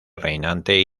reinante